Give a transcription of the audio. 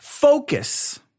Focus